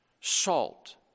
salt